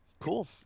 cool